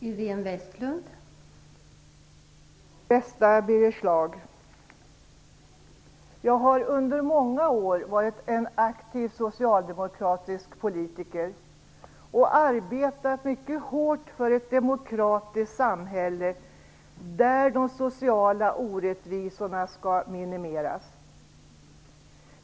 Fru talman! Bästa Birger Schlaug, jag har under många år varit en aktiv socialdemokratisk politiker och arbetat mycket hårt för ett demokratiskt samhälle där de sociala orättvisorna skall minimeras.